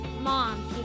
mom